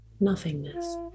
nothingness